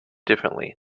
differently